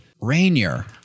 Rainier